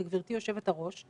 גברתי היושבת-ראש,